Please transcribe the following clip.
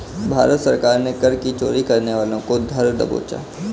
भारत सरकार ने कर की चोरी करने वालों को धर दबोचा